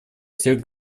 всех